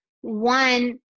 One